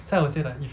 so I will say like if